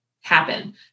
happen